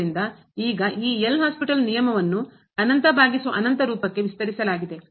ಆದ್ದರಿಂದ ಈಗ ಈ ಎಲ್ ಹಾಸ್ಪಿಟಲ್ ನಿಯಮವನ್ನು ಅನಂತ ಭಾಗಿಸು ಅನಂತ ರೂಪಕ್ಕೆ ವಿಸ್ತರಿಸಲಾಗಿದೆ